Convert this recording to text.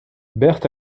bert